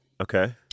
Okay